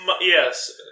yes